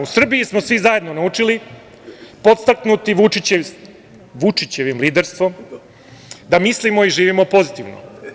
U Srbiji smo svi zajedno naučili, podstaknuti Vučićevim liderstvom da mislimo i živimo pozivitno.